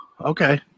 okay